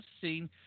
seen